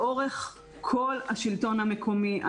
לאורך כל השלטון המקומי.